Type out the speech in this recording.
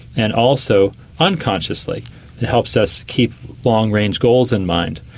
and also unconsciously it helps us keep long-range goals in mind.